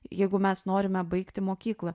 jeigu mes norime baigti mokyklą